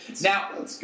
Now